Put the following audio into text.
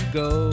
go